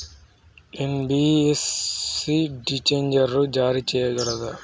NBFC డిబెంచర్లు జారీ చేయగలదా?